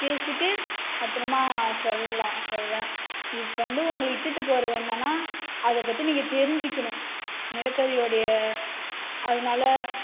பேசிவிட்டு அப்புறமா சொல்லலாம் சொல்வேன் இப்போ வந்து உங்களை இட்டுட்டு போகிறது என்னென்னா அதை பற்றி நீங்கள் தெரிஞ்சுக்கணும் நிலக்கரி உடைய அதனால்